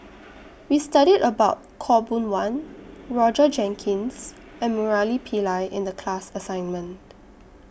We studied about Khaw Boon Wan Roger Jenkins and Murali Pillai in The class assignment